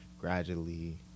gradually